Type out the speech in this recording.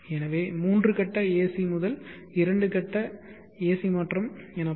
எனவே மூன்று கட்ட ஏசி முதல் இரண்டு கட்ட ஏசி மாற்றம் எனப்படும்